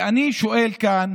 ואני שואל כאן